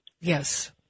Yes